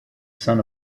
son